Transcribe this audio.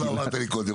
למה לא אמרת לי קודם,